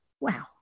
wow